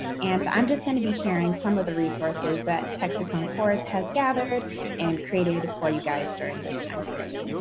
and i'm just going to be sharing some of the resources that texas oncourse has gathered and created for you guys during this time period.